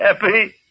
happy